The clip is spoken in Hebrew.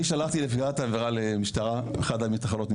אני שלחתי נפגעת עבירה לאחת מתחנות המשטרה,